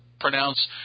pronounce